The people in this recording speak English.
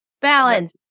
Balance